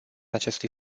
acestui